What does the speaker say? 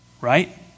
right